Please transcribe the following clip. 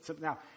Now